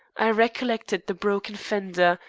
i recollected the broken fender,